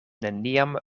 neniam